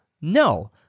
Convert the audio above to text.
No